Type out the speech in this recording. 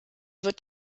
wird